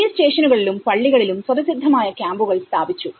police സ്റ്റേഷനുകളിലും പള്ളികളിലും സ്വതസിദ്ധമായ ക്യാമ്പുകൾ സ്ഥാപിച്ചു